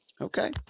Okay